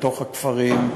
בתוך הכפרים,